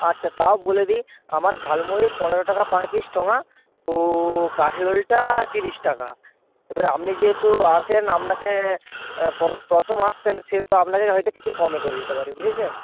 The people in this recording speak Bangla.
আচ্ছা তাও বলে দিই আমার ঝালমুড়ি পনেরো টাকা পার পিস ঠোঙা ও কাঠি রোলটা ত্রিশ টাকা এবারে আপনি যেহেতু আসেন আপনাকে প্রথম আসছেন সেহেতু আপনাকে হয়তো কিছু কমে করে দিতে পারি বুঝেছেন